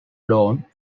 lawn